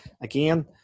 Again